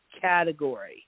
category